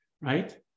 right